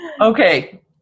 Okay